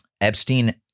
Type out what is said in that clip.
Epstein